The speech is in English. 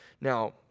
Now